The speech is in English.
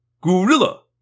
Gorilla